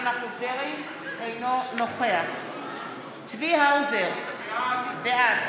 אינו נוכח צבי האוזר, בעד